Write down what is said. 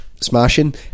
smashing